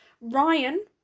Ryan